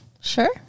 Sure